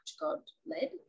God-led